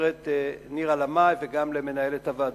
נירה לאמעי, וגם למנהלת הוועדה.